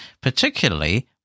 particularly